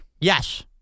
Yes